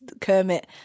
Kermit